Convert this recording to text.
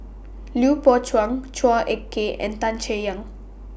Lui Pao Chuen Chua Ek Kay and Tan Chay Yan